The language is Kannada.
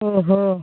ಓಹೋ